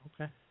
Okay